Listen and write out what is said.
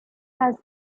has